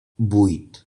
vuit